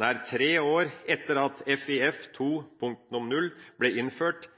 nær tre år etter at FIF 2.0 ble innført,